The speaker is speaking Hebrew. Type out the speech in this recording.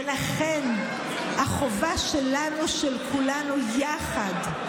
ולכן החובה שלנו, של כולנו יחד,